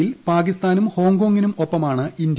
യിൽ പാകിസ്ഥാനും ഹോങ്കോംഗിനും ഒപ്പമാണ് ഇന്ത്യ